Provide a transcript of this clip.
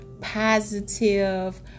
positive